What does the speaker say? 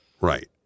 Right